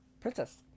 princess